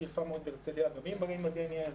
יפה מאוד בהרצליה וגם הם באים עם הדי-אן-אי הזה,